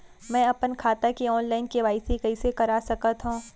मैं अपन खाता के ऑनलाइन के.वाई.सी कइसे करा सकत हव?